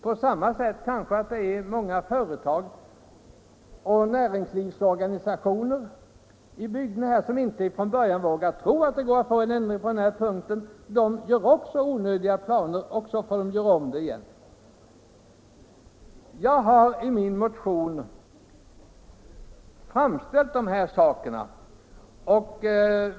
På samma sätt har kanske många företag och näringslivsorganisationer i bygden, som från början inte vågade tro att det skulle vara möjligt att åstadkomma en ändring, gjort upp planer som nu får omarbetas. Jag har i min motion påtalat dessa saker.